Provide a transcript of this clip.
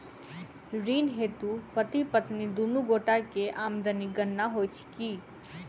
ऋण हेतु पति पत्नी दुनू गोटा केँ आमदनीक गणना होइत की?